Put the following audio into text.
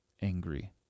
angry